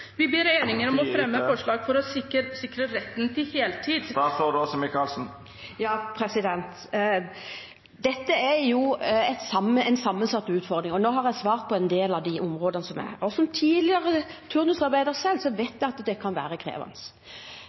Vi ber regjeringen fremme forslag for å sikre retten til heltid. Dette er en sammensatt utfordring. Nå har jeg svart på en del når det gjelder disse områdene. Som tidligere turnusarbeider vet jeg at det kan være krevende.